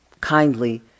kindly